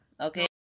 okay